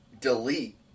delete